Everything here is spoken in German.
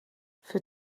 für